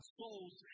souls